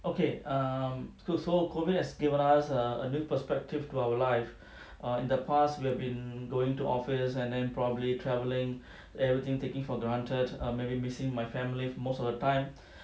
okay um so so COVID has given us a new perspective to our life err in the past we've been going to office and then probably travelling everything taking for granted err maybe missing my family most of the time